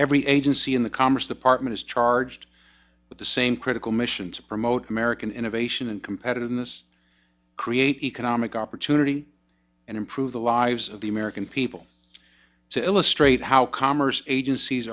every agency in the commerce department is charged with the same critical mission to promote american innovation and competitiveness create economic opportunity and improve the lives of the american people to illustrate how commerce agencies